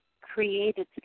created